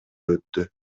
өттү